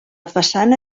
façana